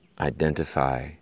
identify